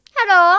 Hello